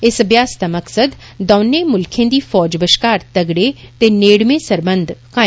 इस अभ्यास दा मकसद दौनें मुल्खें दी फौज बष्कार तगड़े ते नेड़में सरबंध बनाना ऐ